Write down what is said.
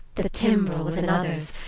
the timbrel was another's,